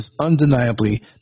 undeniably